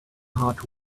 heart